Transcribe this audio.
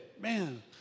Man